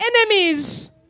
enemies